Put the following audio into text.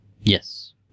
Yes